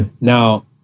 Now